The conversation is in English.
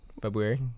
February